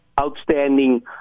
outstanding